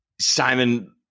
Simon